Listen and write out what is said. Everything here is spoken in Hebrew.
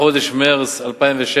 בחודש מרס 2006